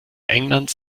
englands